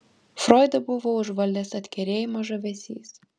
froidą buvo užvaldęs atkerėjimo žavesys